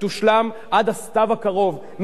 תושלם עד הסתיו הקרוב.